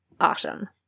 Awesome